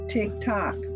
TikTok